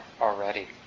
already